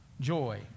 joy